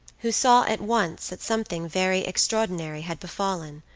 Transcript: who saw at once that something very extraordinary had befallen,